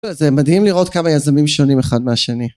זה מדהים לראות כמה יזמים שונים אחד מהשני